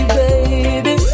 baby